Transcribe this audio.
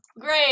Great